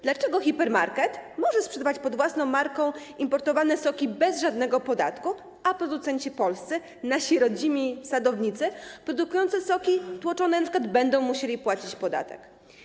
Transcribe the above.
Dlaczego hipermarket może sprzedawać pod własną marką importowane soki bez żadnego podatku, a producenci polscy, nasi rodzimi sadownicy produkujący np. soki tłoczone będą musieli płacić podatek?